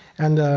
and